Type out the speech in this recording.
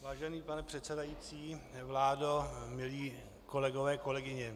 Vážený pane předsedající, vládo, milí kolegové, kolegyně.